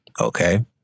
okay